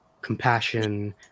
compassion